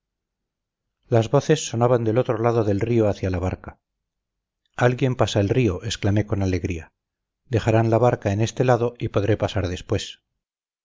las voces sonaban del otro lado del río hacia la barca alguien pasa el río exclamé con alegría dejarán la barca en este lado y podré pasar después